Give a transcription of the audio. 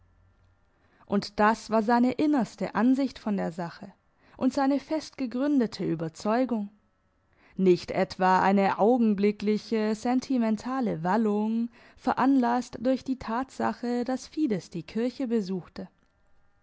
und das war seine innerste ansicht von der sache und seine festgegründete überzeugung nicht etwa eine augenblickliche sentimentale wallung veranlasst durch die tatsache dass fides die kirche besuchte